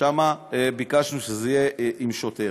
שם ביקשנו שזה יהיה עם שוטר.